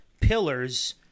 pillars